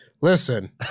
Listen